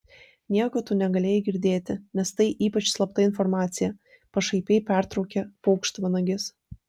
nieko tu negalėjai girdėti nes tai ypač slapta informacija pašaipiai pertraukė paukštvanagis